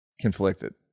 conflicted